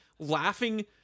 Laughing